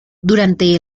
durante